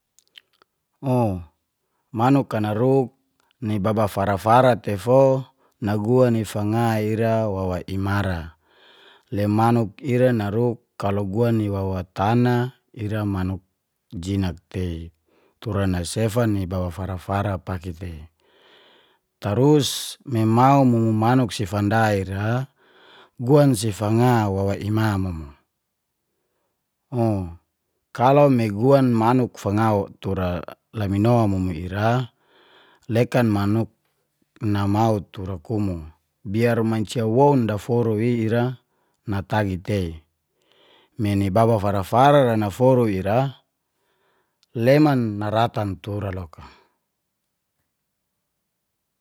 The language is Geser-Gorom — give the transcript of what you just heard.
O manuk na naruk ni baba fara-fara tefo, naguan ni fanga ira wawa imara le manuk ira naruk kalau guan wawa tana ira manuk jinak tei, tura ni sefa baba fara-fara pake tei tarus memau mumu manuk i fanda ira guan i fanga ni ima mumu u. Kalau me guan manuk fanga tura lamino mumu ira lekan manuk namau tura kumu, biar mancia woun daforu i ira natagi tei. Me ni baba fara-fara naforu ira leman naratan tura loka.